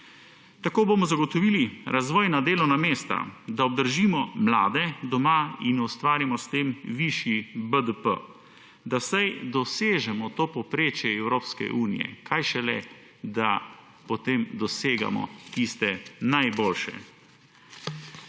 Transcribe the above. Tako bomo zagotovili razvojna delovna mesta, da obdržimo mlade doma in ustvarimo s tem višji BDP, da vsaj dosežemo to povprečje Evropske unije, kaj šele, da potem dosegamo tiste najboljše.